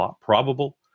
probable